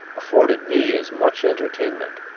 afforded me as much entertainment,